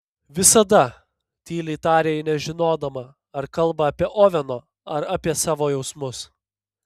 visada tyliai tarė ji nežinodama ar kalba apie oveno ar apie savo jausmus